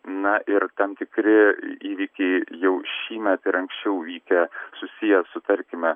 na ir tam tikri įvykiai jau šįmet ir anksčiau vykę susiję su tarkime